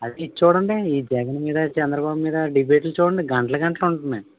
అదే ఇది చూడండి ఈ జగన్ మీద చంద్ర బాబు మీద డిబేట్లు చూడండి గంటలు గంటలు ఉంటాయి